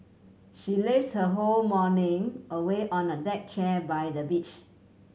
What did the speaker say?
she lazed her whole morning away on a deck chair by the beach